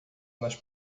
nas